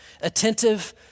attentive